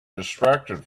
distracted